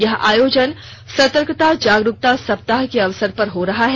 यह आयोजन सतर्कता जागरूकता सप्ताह के अवसर पर हो रहा है